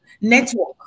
Network